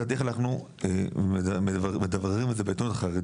צריך לדעת איך אנחנו מדבררים את זה בעיתונות החרדית.